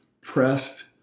pressed